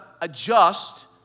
adjust